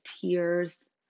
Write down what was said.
tears